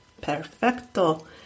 perfecto